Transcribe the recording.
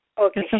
Okay